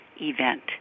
event